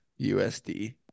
USD